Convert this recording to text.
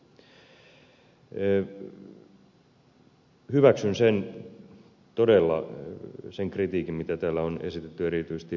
hyväksyn todella sen kritiikin mitä täällä on esitetty erityisesti ed